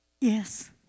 yes